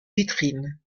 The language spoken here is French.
vitrines